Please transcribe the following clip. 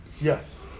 Yes